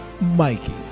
Mikey